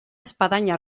espadaña